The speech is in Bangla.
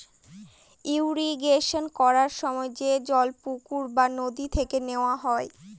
ইরিগেশন করার সময় যে জল পুকুর বা নদী থেকে নেওয়া হয়